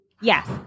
Yes